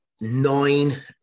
nine